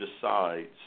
decides